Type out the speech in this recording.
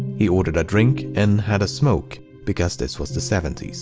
he ordered a drink and had a smoke because this was the seventy s.